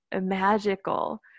magical